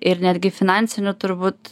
ir netgi finansinių turbūt